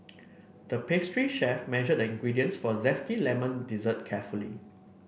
the pastry chef measured the ingredients for a zesty lemon dessert carefully